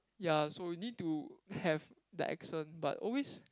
ya so we need to have the accent but always